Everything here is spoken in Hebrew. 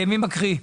מי מקריא?